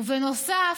ובנוסף,